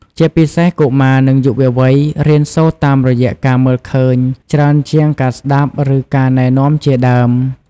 ជាពិសេសកុមារ និងយុវវ័យ រៀនសូត្រតាមរយៈការមើលឃើញ ច្រើនជាងការស្ដាប់ ឬការណែនាំជាដើម ។